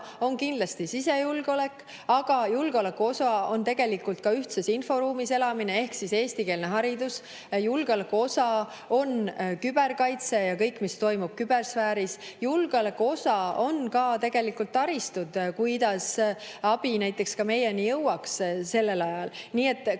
on kindlasti sisejulgeolek, aga julgeoleku osa on tegelikult ka ühtses inforuumis elamine ehk siis eestikeelne haridus. Julgeoleku osa on küberkaitse ja kõik, mis toimub kübersfääris. Julgeoleku osa on ka tegelikult taristu, mille kaudu näiteks abi meieni jõuaks. Nii et